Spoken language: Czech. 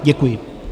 Děkuji.